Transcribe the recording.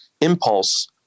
impulse